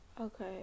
okay